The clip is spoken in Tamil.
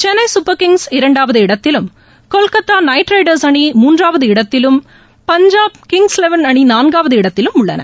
சென்னை சூப்பா் கிங்ஸ் இரண்டாவது இடத்திலும் கொல்கத்தா நைட் ரைடர்ஸ் அணி மூன்றாவது இடத்திலும் பஞ்சாப் கிங்ஸ் லெவன் அணி நான்காவது இடத்திலும் உள்ளன